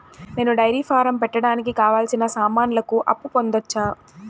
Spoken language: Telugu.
నేను డైరీ ఫారం పెట్టడానికి కావాల్సిన సామాన్లకు అప్పు పొందొచ్చా?